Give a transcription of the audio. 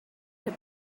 have